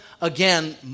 again